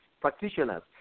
practitioners